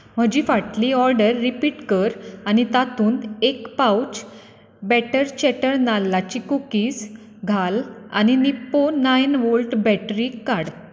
म्हजी फाटली order repeat कर आनी तातूंत एक पाउच बॅटर चॅटर नाल्लाचीं कुकीज घाल आनी निप्पो नायन वोल्ट बॅटरी काड